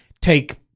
take